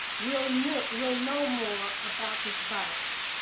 we'll know we'll know more about this virus.